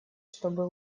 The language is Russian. чтобы